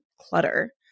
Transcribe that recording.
clutter